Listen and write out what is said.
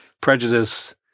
prejudice